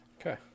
Okay